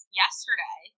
yesterday